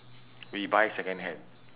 we buy secondhand